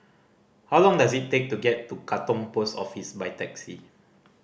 how long does it take to get to Katong Post Office by taxi